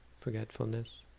forgetfulness